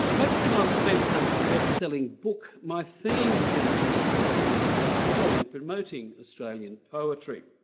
focusing on spencer's bestselling book, my theme this evening is the bookstall company's role in promoting australian poetry.